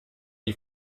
n’y